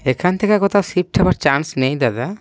এখান থেকে কোথাও শিফ্ট হওয়ার চান্স নেই দাদা